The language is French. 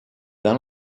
dans